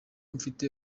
mfite